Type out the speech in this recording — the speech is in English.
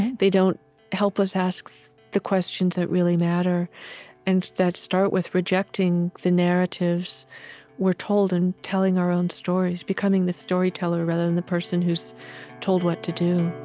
and they don't help us ask so the questions that really matter and that start with rejecting the narratives we're told and telling our own stories, becoming becoming the storyteller rather than the person who's told what to do